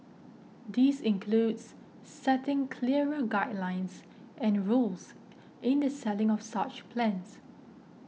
this includes setting clearer guidelines and rules in the selling of such plans